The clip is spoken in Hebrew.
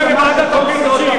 זה לא נבצרות, אדוני היושב-ראש.